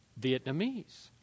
Vietnamese